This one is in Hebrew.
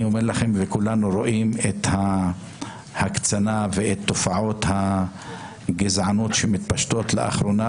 כולנו רואים את ההקצנה ואת תופעות הגזענות שמתפשטות לאחרונה,